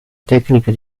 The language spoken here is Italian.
tecniche